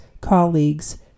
colleagues